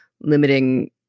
limiting